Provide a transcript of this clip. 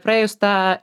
praėjus tą